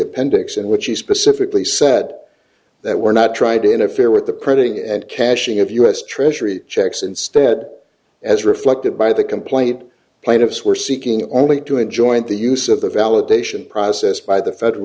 appendix in which he specifically said that we're not trying to interfere with the printing and cashing of u s treasury checks instead as reflected by the complaint plaintiffs were seeking only to a joint the use of the validation process by the federal